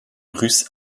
russes